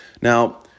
Now